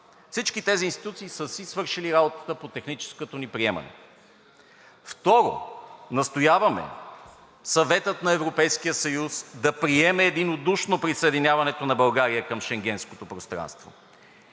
Всички тези институции са си свършили работата по техническото ни приемане. Второ, настояваме Съветът на Европейския съюз да приеме единодушно присъединяването на България към Шенгенското пространство.